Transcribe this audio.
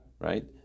Right